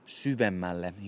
syvemmälle